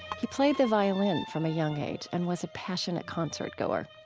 he played the violin from a young age and was a passionate concertgoer.